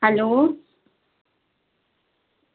hello